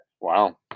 Wow